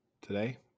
today